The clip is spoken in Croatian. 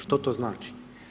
Što to znači?